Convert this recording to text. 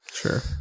sure